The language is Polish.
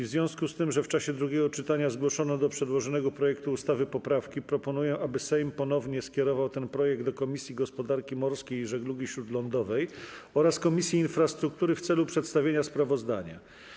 W związku z tym, że w czasie drugiego czytania zgłoszono do przedłożonego projektu ustawy poprawki, proponuję, aby Sejm ponownie skierował ten projekt do Komisji Gospodarki Morskiej i Żeglugi Śródlądowej oraz Komisji Infrastruktury w celu przedstawienia sprawozdania.